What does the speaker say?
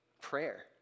prayer